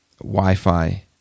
Wi-Fi